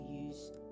use